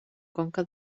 conca